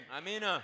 Amen